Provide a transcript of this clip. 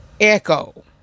Echo